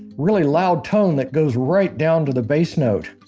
really loud tone, that goes right down to the bass note.